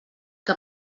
que